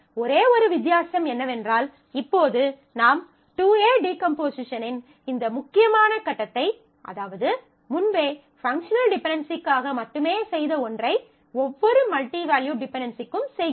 ஒரே ஒரு வித்தியாசம் என்னவென்றால் இப்போது நாம் 2A டீகம்போசிஷனின் இந்த முக்கியமான கட்டத்தை அதாவது முன்பே பங்க்ஷனல் டிபென்டென்சிக்காக மட்டுமே செய்த ஒன்றை ஒவ்வொரு மல்டி வேல்யூட் டிபென்டென்சிக்கும் செய்கிறோம்